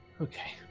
Okay